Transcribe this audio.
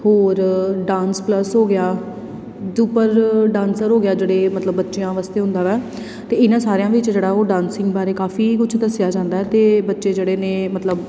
ਹੋਰ dance plus ਹੋ ਗਿਆ ਦੁਪਰ ਡਾਂਸਰ ਹੋ ਗਿਆ ਜਿਹੜੇ ਮਤਲਬ ਬੱਚਿਆਂ ਵਾਸਤੇ ਹੁੰਦਾ ਹੈ ਅਤੇ ਇਹਨਾਂ ਸਾਰਿਆਂ ਵਿੱਚ ਜਿਹੜਾ ਉਹ ਡਾਂਸਿੰਗ ਬਾਰੇ ਕਾਫੀ ਕੁਛ ਦੱਸਿਆ ਜਾਂਦਾ ਅਤੇ ਬੱਚੇ ਜਿਹੜੇ ਨੇ ਮਤਲਬ